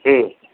হুম